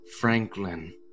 Franklin